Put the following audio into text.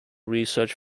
research